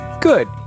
Good